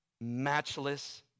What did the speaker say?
matchless